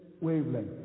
wavelength